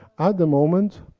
at the moment,